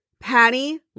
Patty